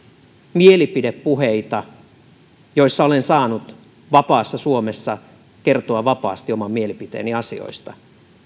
mielipidepuheita joissa olen saanut vapaassa suomessa kertoa vapaasti oman mielipiteeni asioista